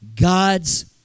God's